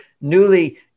newly